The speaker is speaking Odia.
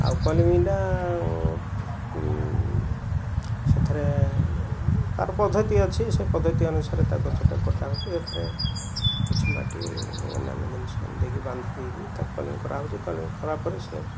ଆଉ କଲମିଟା ସେଥିରେ ତା'ର ପଦ୍ଧତି ଅଛି ସେ ପଦ୍ଧତି ଅନୁସାରେ ତା'କଥାଟା କଟା ହେଉଛି ଏଥିରେ କିଛି ମାଟି ଅନ୍ୟାନ୍ୟ ଜିନିଷ ଦେଇକି ବାନ୍ଧି ଦେଇକି ତାକୁ କଲମି କରାହେଉଛି କଲମି କଲାପରେ ସେ